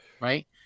right